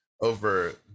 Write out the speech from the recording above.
over